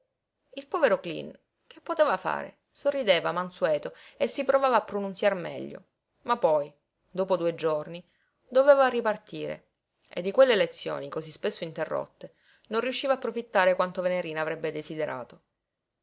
il povero cleen che poteva fare sorrideva mansueto e si provava a pronunziar meglio ma poi dopo due giorni doveva ripartire e di quelle lezioni cosí spesso interrotte non riusciva a profittare quanto venerina avrebbe desiderato